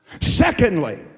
Secondly